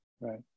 right